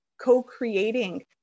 co-creating